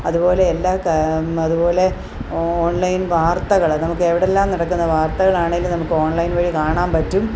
അതുപോലെ എല്ലാ ക അതുപോലെ ഓൺലൈൻ വാർത്തകൾ നമുക്ക് എവിടെയെല്ലാം നടക്കുന്ന വാർത്തകൾ ആണെങ്കിലും നമുക്ക് ഓൺലൈൻ വഴി കാണാൻ പറ്റും